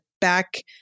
back